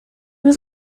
was